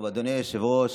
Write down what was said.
אדוני היושב-ראש,